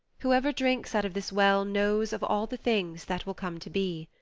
whoever drinks out of this well knows of all the things that will come to be.